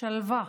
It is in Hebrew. שלווה